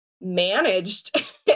managed